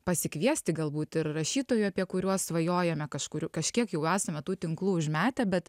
pasikviesti galbūt ir rašytojų apie kuriuos svajojame kažkur kažkiek jau esame tų tinklų užmetę bet